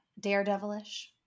daredevilish